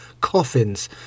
coffins